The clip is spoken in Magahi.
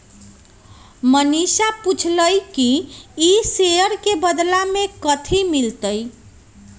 मनीषा पूछलई कि ई शेयर के बदला मे कथी मिलतई